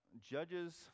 Judges